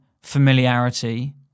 familiarity